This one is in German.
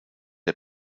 der